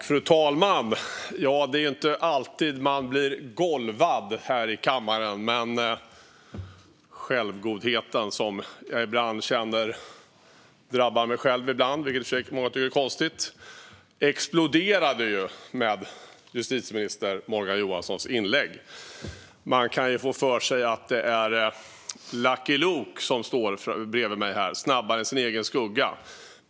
Fru talman! Det är inte alltid som man blir golvad här i kammaren. Men självgodheten, som jag ibland känner drabbar mig, vilket säkert många tycker är konstigt, exploderade i justitieminister Morgan Johanssons inlägg. Man kan få för sig att det är Lucky Luke som står bredvid mig här, snabbare än sin egen skugga.